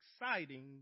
exciting